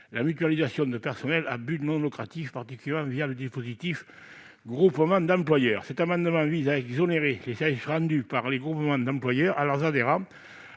la mutualisation de personnel à but non lucratif, particulièrement le dispositif des groupements d'employeurs. Cet amendement vise à exonérer de TVA les services rendus par les groupements d'employeurs à leurs adhérents